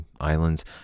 Islands